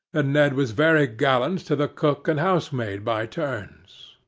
and ned was very gallant to the cook and housemaid by turns.